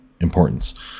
importance